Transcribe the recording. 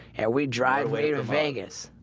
and we drive way to vegas